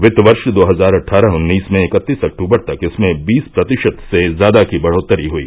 वित्त वर्ष दो हजार अट्ठारह उन्नीस में इकतीस अक्टूबर तक इसमें बीस प्रतिशत से ज्यादा की बढ़ोतरी हुई